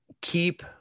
keep